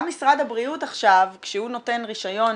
גם משרד הבריאות עכשיו כשהוא נותן רישיון